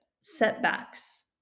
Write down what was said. setbacks